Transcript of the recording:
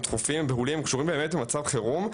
בהולים וקשורים באמת במצב חירום,